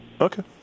Okay